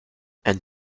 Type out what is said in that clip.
and